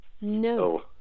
No